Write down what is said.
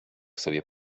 sobie